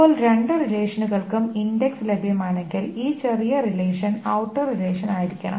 ഇപ്പോൾ രണ്ട് റിലേഷനുകൾക്കും ഇൻഡക്സ് ലഭ്യമാണെങ്കിൽ ഈ ചെറിയ റിലേഷൻ ഔട്ടർ റിലേഷൻ ആയിരിക്കണം